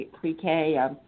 pre-K